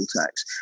tax